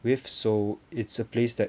with so it's a place that